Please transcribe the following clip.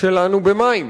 שלנו במים,